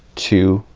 two,